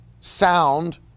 sound